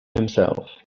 himself